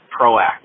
proactive